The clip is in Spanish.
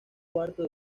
cuarto